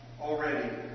Already